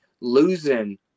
losing